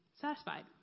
satisfied